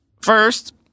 First